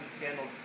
scandal